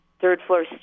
third-floor